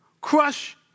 crush